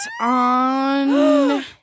on